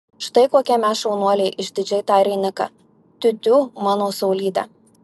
štai kokie mes šaunuoliai išdidžiai tarė niką tiutiū mano saulyte